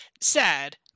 sad